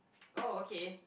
oh okay